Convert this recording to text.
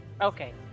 Okay